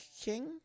King